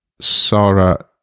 Sarah